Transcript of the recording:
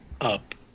up